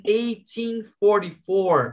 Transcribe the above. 1844